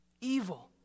Evil